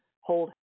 Hold